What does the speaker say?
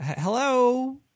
Hello